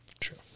True